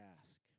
ask